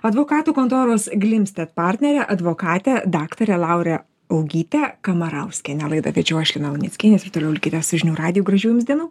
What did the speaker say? advokatų kontoros glimstedt partnerę advokatę daktarę laurę augytę kamarauskienę laidą vedžiau aš lina luneckienė jūs ir toliau likite su žinių radiju gražių jums dienų